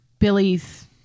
Billy's